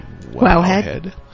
Wowhead